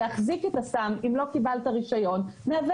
להחזיק את הסם אם לא קיבלת רישיון מהווה